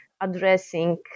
addressing